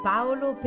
Paolo